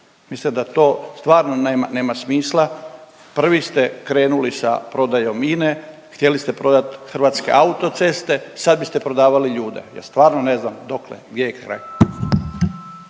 Mislite da to stvarno nema, nema smisla, prvi ste krenuli sa prodajom INE, htjeli ste prodat Hrvatske autoceste sad biste prodavali ljude. Ja stvarno ne znam dokle, gdje je kraj?